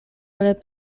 ale